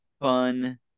fun